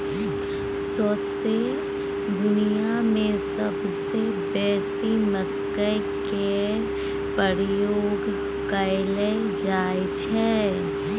सौंसे दुनियाँ मे सबसँ बेसी मकइ केर प्रयोग कयल जाइ छै